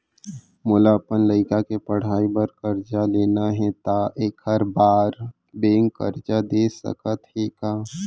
मोला अपन लइका के पढ़ई बर करजा लेना हे, त एखर बार बैंक करजा दे सकत हे का?